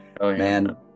man